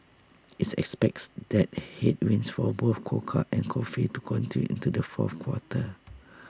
IT expects these headwinds for both cocoa and coffee to continue into the fourth quarter